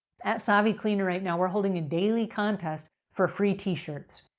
at savvy cleaner right now, we're holding a daily contest for free t-shirts.